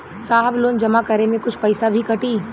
साहब लोन जमा करें में कुछ पैसा भी कटी?